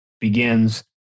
begins